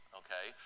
okay